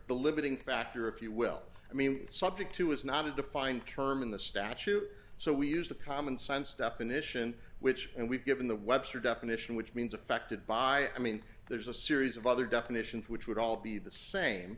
the limiting factor if you will i mean subject to is not a defined term in the statute so we use the commonsense definition which and we've given the webster definition which means affected by i mean there's a series of other definitions which would all be the same